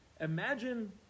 Imagine